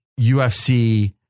UFC